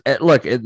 look